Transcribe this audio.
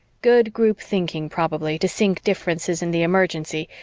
good group thinking probably, to sink differences in the emergency,